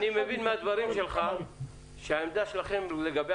אני מבין מהדברים שלך שהעמדה שלכם לגבי